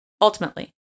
Ultimately